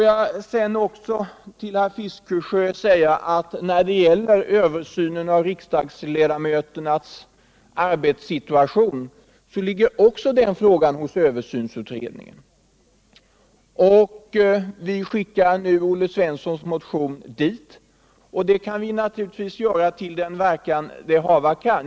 Jag vill till herr Fiskesjö också säga att även frågan om riksdagsledamöternas arbetssituation ligger hos översynsutredningen. Vi skickar nu Olle Svenssons motion dit. Det kan vi naturligtvis göra till den verkan det hava kan.